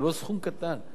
זה לא סכום קטן.